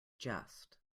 just